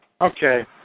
Okay